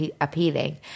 appealing